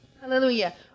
hallelujah